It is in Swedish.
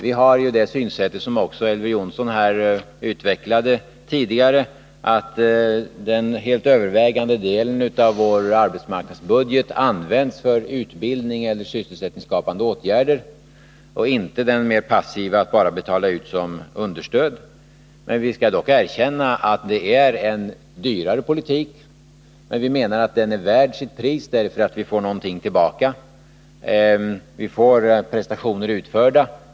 Vi har det synsättet, som också Elver Jonsson utvecklade här tidigare, att den helt övervägande delen av vår arbetsmarknadsbudget skall användas för utbildning eller sysselsättningsskapande åtgärder och inte till den mer passiva åtgärden att bara betala ut understöd. Vi skall dock erkänna att det är en dyrare politik. Men vi menar att den är värd sitt pris därför att vi får någonting tillbaka. Vi får prestationer utförda.